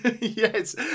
Yes